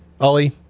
Ollie